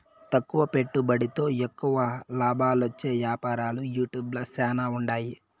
తక్కువ పెట్టుబడితో ఎక్కువ లాబాలొచ్చే యాపారాలు యూట్యూబ్ ల శానా ఉండాయి